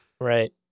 right